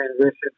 transition